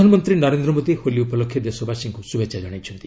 ପ୍ରଧାନମନ୍ତ୍ରୀ ନରେନ୍ଦ୍ ମୋଦୀ ହୋଲି ଉପଲକ୍ଷେ ଦେଶବାସୀଙ୍କୁ ଶ୍ରଭେଚ୍ଛା ଜଣାଇଛନ୍ତି